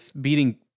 beating